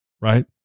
right